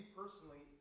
personally